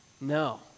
No